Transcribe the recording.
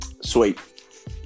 Sweet